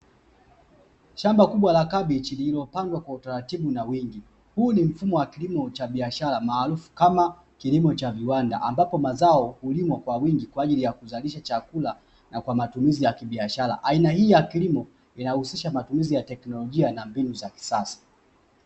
Shamba kubwa la kabichi lililopandwa kwa utaratibu na wingi, huu ni mfumo wa kilimo cha biashara maarufu kama kilimo cha viwanda ambapo mazao hulimwa kwa wingi kwa ajili ya kuzalisha chakula na kwa matumizi ya kibiashara, aina hii ya kilimo kinahusisha matumizi ya teknolojia na mbinu za kisasa.